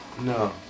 No